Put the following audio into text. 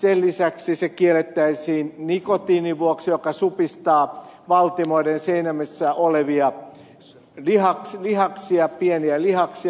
sen lisäksi se kiellettäisiin nikotiinin vuoksi joka supistaa valtimoiden seinämissä olevia pieniä lihaksia